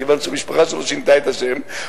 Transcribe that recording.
כיוון שהמשפחה שלו שינתה את השם,